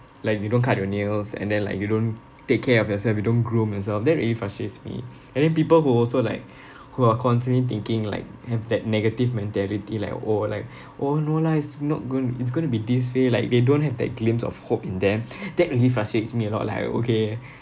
like you don't cut your nails and then like you don't take care of yourself you don't groom yourself that really frustrates me and then people who also like who are constantly thinking like have that negative mentality like oh like oh no lah it's not going it's going to be this way like they don't have that glimpse of hope in them that really frustrates me a lot like oh okay